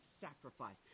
sacrifice